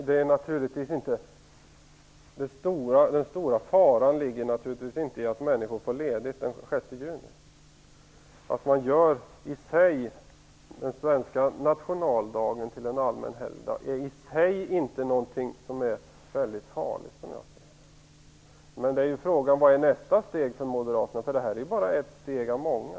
Fru talman! Den stora faran ligger naturligtvis inte i att människor får ledigt den 6 juni. Att man gör den svenska nationaldagen till allmän helgdag är i sig inte väldigt farligt. Men frågan är vilket Moderaternas nästa steg är. Detta är bara ett steg av många.